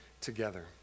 together